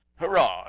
hurrah